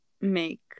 make